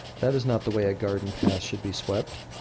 that is not the way a garden path should be swept.